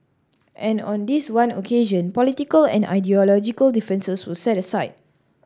and on this one occasion political and ideological differences were set aside